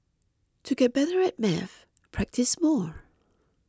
to get better at maths practise more